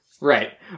Right